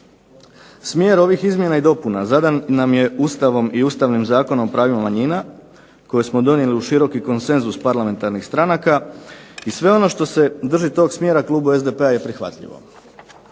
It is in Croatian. Smjer ovih izmjena i dopuna zadan nam je Ustavom i Ustavnim zakonom o pravima manjina koji smo donijeli uz široki konsenzus parlamentarnih stranaka i sve ono što se drži tog smjera klubu SDP-a je prihvatljivo.